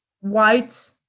white